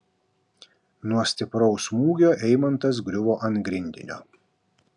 nuo stipraus smūgio eimantas griuvo ant grindinio